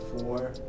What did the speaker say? four